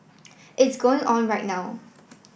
it's going on right now